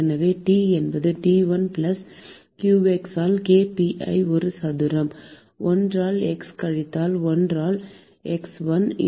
எனவே T என்பது T1 plus qx ஆல் k pi ஒரு சதுரம் 1 ஆல் x கழித்தல் 1 ஆல் x 1